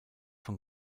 von